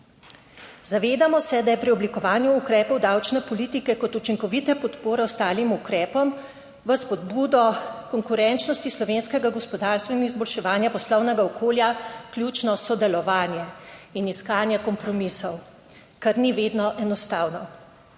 Zavedamo se, da je pri oblikovanju ukrepov davčne politike kot učinkovite podpore ostalim ukrepom v spodbudo konkurenčnosti slovenskega gospodarstva in izboljševanja poslovnega okolja, ključno sodelovanje in iskanje kompromisov, kar ni vedno enostavno.